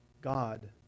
God